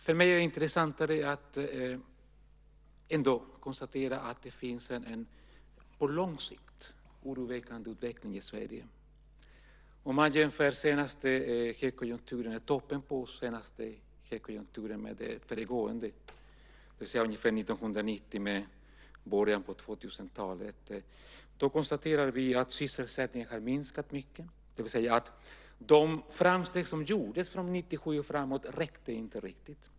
För mig är det intressantare att konstatera att det finns en utveckling i Sverige som är oroväckande på lång sikt. Man kan jämföra toppen på den senaste högkonjunkturen med den föregående, det vill säga ungefär 1990 jämfört med början på 2000-talet. Vi kan då konstatera att sysselsättningen minskat kraftigt, det vill säga de framsteg som gjordes från 1997 och framåt räckte inte riktigt.